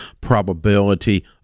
probability